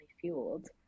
fueled